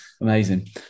Amazing